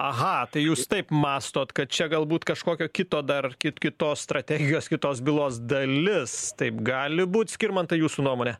aha tai jūs taip mąstot kad čia galbūt kažkokio kito dar kit kitos strategijos kitos bylos dalis taip gali būt skirmantai jūsų nuomone